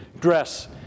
dress